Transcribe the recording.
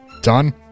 Done